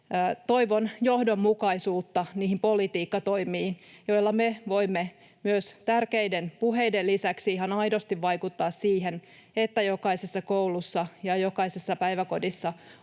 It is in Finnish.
Toivon johdonmukaisuutta niihin politiikkatoimiin, joilla me voimme myös tärkeiden puheiden lisäksi ihan aidosti vaikuttaa siihen, että jokaisessa koulussa ja jokaisessa päiväkodissa